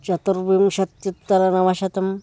चतुर्विंशत्युत्तरनवशतम्